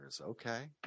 Okay